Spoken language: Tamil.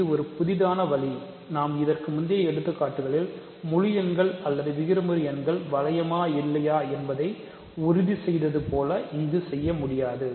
இது ஒரு புதிதான வழி நாம் இதற்கு முந்தைய எடுத்துக்காட்டுகள் முழு எண்கள் அல்லது விகிதமுறுஎண்கள் வளையமா இல்லையா என்பதை உறுதி செய்தது போல இங்கு செய்ய முடியாது